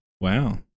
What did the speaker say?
wow